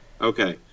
Okay